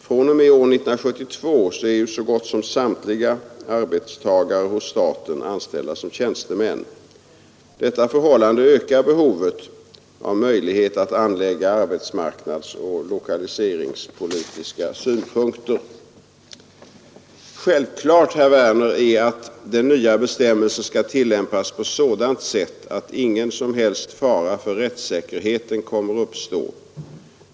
fr.o.m. år 1972 är så gott som samtliga arbetstagare hos staten anställda som tjänstemän. Detta förhållande ökar behovet av möjlighet att anlägga arbetsmarknadsoch lokaliseringspolitiska synpunkter. Självklart är, herr Werner, att den nya bestämmelsen skall tillämpas på sådant sätt att ingen som helst fara för rättssäkerheten kommer att uppstå.